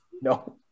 No